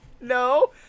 No